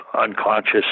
unconscious